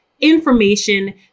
information